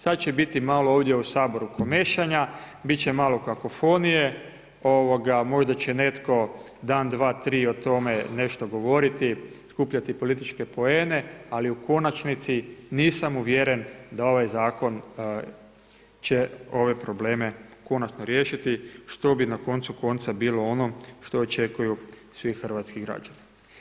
Sad će biti ovdje u Saboru komešanja, biti će malo kakofonije, ovoga, možda će netko, dan, dva tri, o tome nešto govoriti, skupljati političke poen e, ali u konačnici, nisam uvjeren da ovaj zakon, će ove probleme konačno riješiti, što bi na koncu konca bilo ono što očekuju svi hrvatski građani.